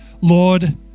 Lord